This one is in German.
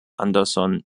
andersson